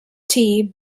tnt